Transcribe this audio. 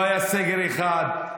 לא היה סגר אחד.